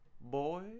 Boy